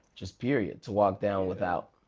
just period. to walk down without.